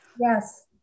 Yes